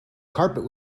carpet